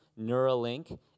Neuralink